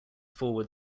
forward